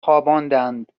خواباندند